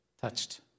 touched